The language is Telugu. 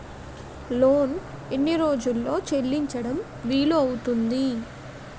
లోన్ ఎన్ని రోజుల్లో చెల్లించడం వీలు అవుతుంది?